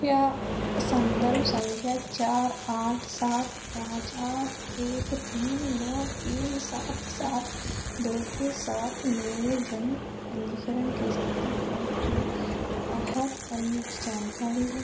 क्या संदर्भ संख्या चार आठ सात पाँच आठ एक तीन नौ तीन सात सात दो के साथ मेरे जन्म पंजीकरण की स्थिति पर कोई अंच जानकारी है